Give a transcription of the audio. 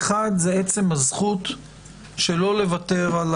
האחד, הוא עצם הזכות שלא לוותר על